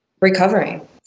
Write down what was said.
recovering